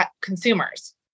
consumers